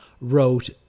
wrote